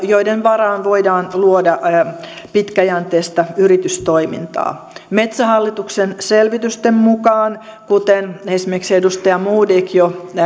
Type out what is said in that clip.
joiden varaan voidaan luoda pitkäjänteistä yritystoimintaa metsähallituksen selvitysten mukaan kuten esimerkiksi edustaja modig jo